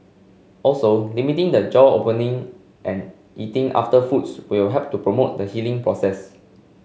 also limiting the jaw opening and eating after foods will help to promote the healing process